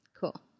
Cool